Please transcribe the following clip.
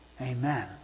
Amen